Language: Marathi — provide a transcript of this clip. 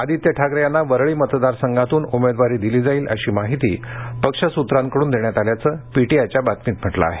आदित्य ठाकरे यांना वरळी मतदारसंघातून उमेदवारी दिली जाईल अशी माहिती पक्ष सूत्रांकडून देण्यात आल्याचं पी टी आय च्या बातमीतम्हटलं आहे